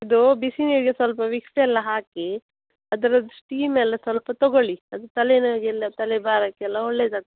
ಇದು ಬಿಸಿನೀರಿಗೆ ಸ್ವಲ್ಪ ವಿಕ್ಸೆಲ್ಲ ಹಾಕಿ ಅದ್ರದ್ದು ಸ್ಟೀಮೆಲ್ಲ ಸ್ವಲ್ಪ ತಗೊಳ್ಳಿ ಅದು ತಲೆ ನೋವಿಗೆಲ್ಲ ತಲೆ ಭಾರಕೆಲ್ಲ ಒಳ್ಳೆದು